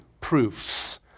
proofs